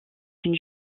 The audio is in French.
une